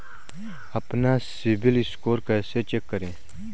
अपना CIBIL score कैसे check करें?